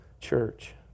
Church